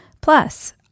Plus